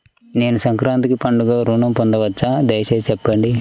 నేను సంక్రాంతికి పండుగ ఋణం పొందవచ్చా? దయచేసి చెప్పండి?